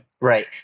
Right